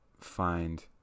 find